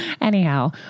anyhow